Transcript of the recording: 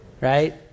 right